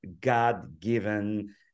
God-given